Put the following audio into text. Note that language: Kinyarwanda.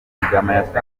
yatangaje